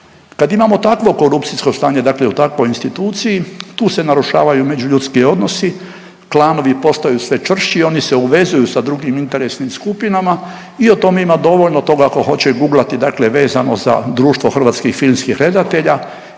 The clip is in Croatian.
Kad imamo takvo korupcijsko stanje, dakle u takvoj instituciji, tu se narušavaju međuljudski odnosi, klanovi postaju sve čvršći, oni se uvezuju sa drugim interesnim skupinama i o tom ima dovoljno toga tko hoće googlati dakle vezano za društvo Hrvatskih filmskih redatelja